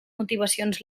motivacions